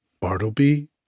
Bartleby